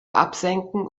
absenken